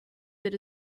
that